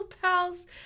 pals